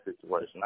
situation